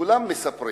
כולם מספרים,